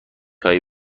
هایی